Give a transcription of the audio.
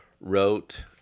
wrote